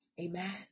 amen